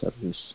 service